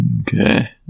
Okay